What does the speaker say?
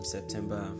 September